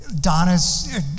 Donna's